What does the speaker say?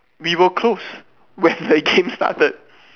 we were close when the game started